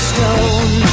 Stone